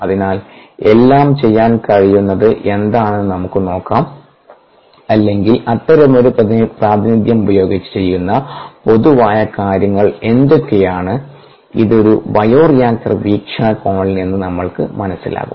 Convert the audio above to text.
അതിനാൽ എല്ലാം ചെയ്യാൻ കഴിയുന്നത് എന്താണെന്ന് നമുക്ക് നോക്കാം അല്ലെങ്കിൽ അത്തരമൊരു പ്രാതിനിധ്യം ഉപയോഗിച്ച് ചെയ്യുന്ന പൊതുവായ കാര്യങ്ങൾ എന്തൊക്കെയാണ് ഇത് ഒരു ബയോറിയാക്ടർ വീക്ഷണകോണിൽ നിന്ന് നമ്മൾക്ക് മനസ്സിലാകും